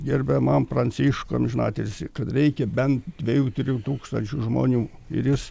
gerbiamam pranciškui amžinatilsį kad reikia bent dviejų trijų tūkstančių žmonių ir jis